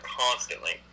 constantly